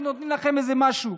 אנחנו נותנים לכם איזה משהו.